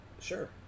sure